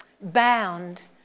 bound